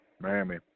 Miami